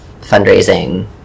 fundraising